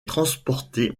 transportées